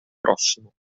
prossimo